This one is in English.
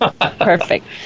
Perfect